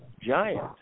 giant